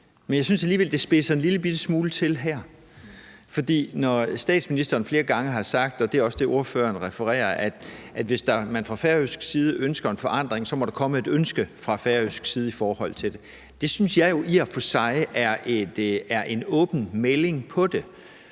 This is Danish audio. Men jeg synes alligevel, det spidser en lillebitte smule til her, for statsministeren har flere gange sagt, og det er også det, ordføreren refererer, at hvis man fra færøsk side ønsker en forandring, må der komme et ønske fra færøsk side om det. Det synes jeg jo i og for sig er en åben melding på det.